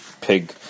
pig